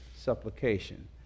supplication